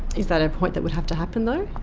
is that a point that would have to happen, though?